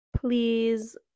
please